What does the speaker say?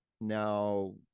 now